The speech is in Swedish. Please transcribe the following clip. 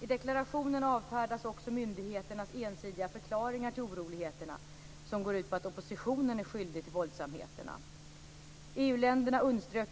I deklarationen avfärdas också myndigheternas ensidiga förklaringar till oroligheterna som går ut på att oppositionen är skyldig till våldsamheterna. EU länderna